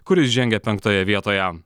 kuris žengia penktoje vietoje